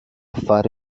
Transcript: fare